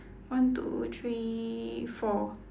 one two three four